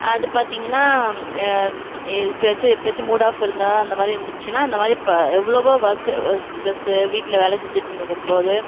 அது பார்த்திங்கன்னா இ எப்பேயாச்சி எப்பேயாச்சி மூட் ஆஃப் இருந்தால் அந்த மாதிரி இருந்துச்சுனா அந்த மாதிரி ப எவ்வளவோ ஒர்க்கு ஸ் ஸ்ட்ரெஸ்ஸு வீட்டில் வேலை செஞ்சுட்டு இருக்கும் போது